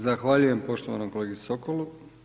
Zahvaljujem poštovanom kolegi Sokolu.